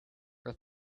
her